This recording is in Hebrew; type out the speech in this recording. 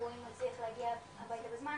אם אני מצליח להגיע הביתה בזמן